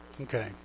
Okay